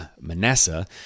Manasseh